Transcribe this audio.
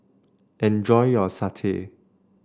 enjoy your satay